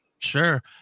Sure